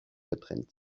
getrennt